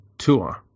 tour